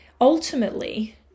ultimately